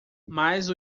mas